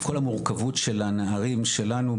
עם כל המורכבות של הנערים שלנו,